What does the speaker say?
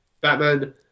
Batman